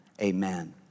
amen